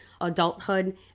adulthood